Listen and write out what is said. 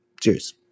Cheers